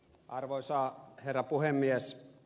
arvoisa herra puhemies